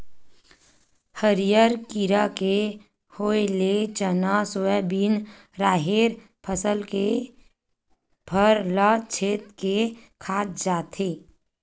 हरियर कीरा के होय ले चना, सोयाबिन, राहेर फसल के फर ल छेंद के खा जाथे